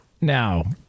Now